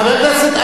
חבר הכנסת רותם,